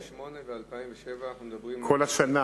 ב-2008 ו-2007 אנחנו מדברים על כל השנה.